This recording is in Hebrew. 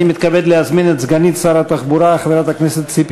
אני מתכבד להזמין את סגנית שר התחבורה חברת הכנסת ציפי